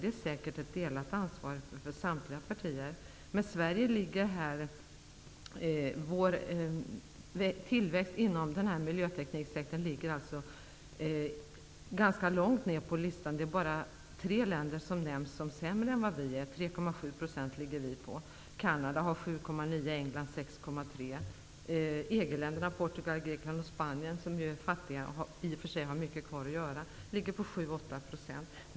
Det är säkert fråga om ett ansvar som delas av samtliga partier. När det gäller tillväxten inom miljötekniksektorn ligger Sverige ganska långt ned på listan. Det är bara tre länder som är sämre än Sverige. Sverige har en tillväxt på 3,7 %, Canada 7,9 % och England Spanien som är fattiga länder, där mycket återstår att göra, har en tillväxt på 7--8 %.